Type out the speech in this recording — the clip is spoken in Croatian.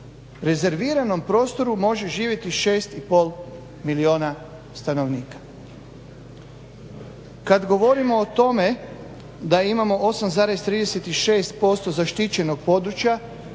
rezerviranom prostoru može živjeti 6 i pol milijuna stanovnika. Kad govorimo o tome da imamo 8,36% zaštićenog područja